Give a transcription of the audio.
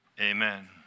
Amen